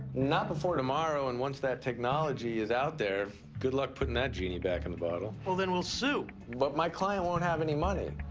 not before tomorrow, and once that technology is out there, good luck putting that genie back in the bottle. well then we'll sue. but my client won't have any money.